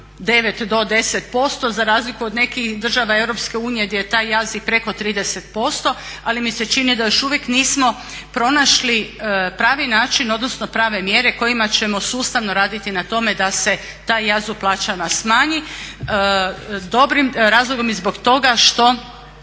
9 do 10% za razliku od nekih država Europske unije gdje je taj jaz i preko 30%, ali mi se čini da još uvijek nismo pronašli pravi način odnosno prave mjere kojima ćemo sustavno raditi na tome da se taj jaz u plaćama smanji, dobrim razlogom i zbog toga što